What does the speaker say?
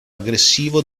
aggressivo